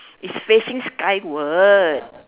it's facing skywards